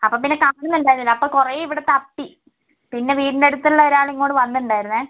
അപ്പോൾ പിന്നെ കാണുന്നുണ്ടായിരുന്നില്ല അപ്പോൾ കുറേ ഇവിടെ തപ്പി പിന്നെ വീടിൻ്റെ അടുത്തുള്ള ഒരാള് ഇങ്ങോട്ട് വന്നിട്ടുണ്ടായിരുന്നേ